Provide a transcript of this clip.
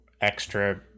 extra